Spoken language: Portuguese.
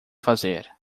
fazer